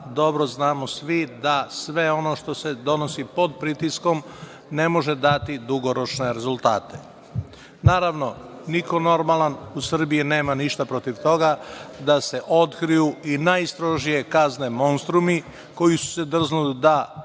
dobro znamo svi da sve ono što se donosi pod pritiskom ne može dati dugoročne rezultate. Naravno, niko normalan u Srbiji nema ništa protiv toga da se otkriju i najstrožije kazne monstrumi koji su se drznuli da kradu